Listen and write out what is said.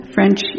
French